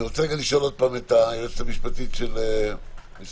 אני רוצה לשאול את היועצת המשפטית של משרד